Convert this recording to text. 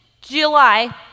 July